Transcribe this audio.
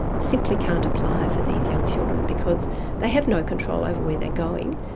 simply can't apply for these young children, because they have no control over where they're going.